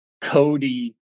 Cody